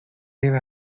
debe